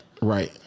Right